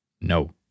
No